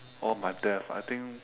oh my death I think